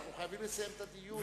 אנחנו חייבים לסיים את הדיון.